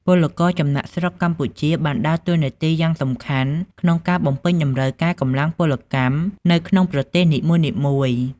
ពលករចំណាកស្រុកកម្ពុជា បានដើរតួនាទីយ៉ាងសំខាន់ក្នុងការបំពេញតម្រូវការកម្លាំងពលកម្មនៅក្នុងប្រទេសនីមួយៗ ។